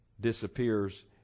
disappears